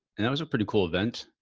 and that was a pretty cool event.